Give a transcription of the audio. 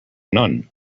none